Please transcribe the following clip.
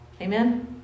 Amen